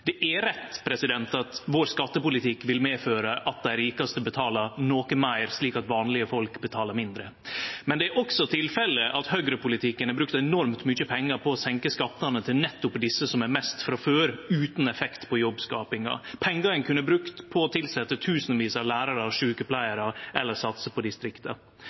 Det er rett at vår skattepolitikk vil medføre at dei rikaste vil betale noko meir, slik at vanlege folk betalar mindre. Men det er også tilfelle at høgrepolitikken har brukt enormt mykje pengar på å senke skattane til nettopp desse som har mest frå før, utan effekt på jobbskapinga. Dette er pengar ein kunne ha brukt på å tilsetje tusenar av lærarar og sjukepleiarar eller på å satse på